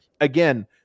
again